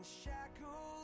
shackles